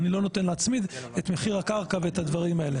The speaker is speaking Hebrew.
אני לא נותן להצמיד את מחיר הקקרע ואת הדברים האלה.